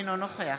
אינו נוכח